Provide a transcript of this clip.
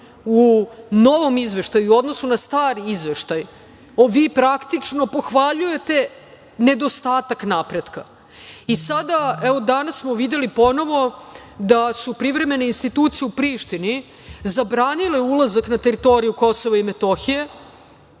u novom izveštaju u odnosu na stari izveštaj vi, praktično pohvaljujete nedostatak napretka. Danas smo videli ponovo da su privremene institucije u Prištini zabranile ulazak na teritoriju KiM Petru